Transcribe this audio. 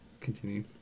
continue